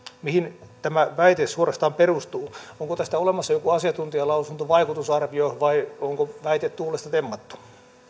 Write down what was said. mihin tämä väite suorastaan perustuu onko tästä olemassa joku asiantuntijalausunto vaikutusarvio vai onko väite tuulesta temmattu